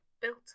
built